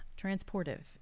Transportive